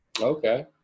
Okay